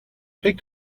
pick